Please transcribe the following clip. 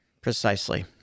Precisely